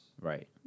Right